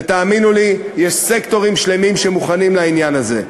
ותאמינו לי, יש סקטורים שלמים שמוכנים לעניין הזה,